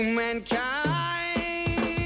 mankind